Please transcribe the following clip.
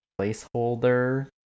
placeholder